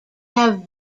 have